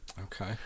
Okay